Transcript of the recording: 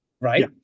right